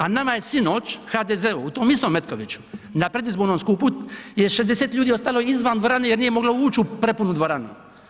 A nama je sinoć HDZ-u u tom istom Metkoviću na predizbornom skupu je 60 ljudi ostalo izvan dvorane jer nije moglo ući u prepunu dvoranu.